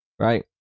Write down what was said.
Right